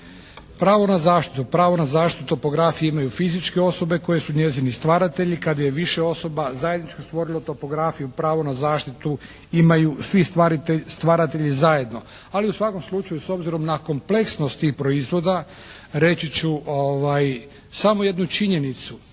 Pravo na zaštitu. Pravo na zaštitu topografije imaju fizičke osobe koje su njezini stvaratelji. Kad je više osoba zajednički stvorilo topografiju pravo na zaštitu imaju svi stvaratelji zajedno. Ali u svakom slučaju s obzirom na kompleksnost tih proizvoda reći ću samo jednu činjenicu,